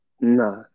nah